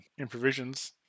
Improvisions